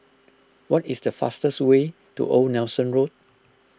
what is the fastest way to Old Nelson Road